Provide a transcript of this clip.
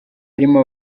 yarimo